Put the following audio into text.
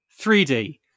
3d